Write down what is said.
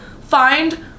find